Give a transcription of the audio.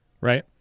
Right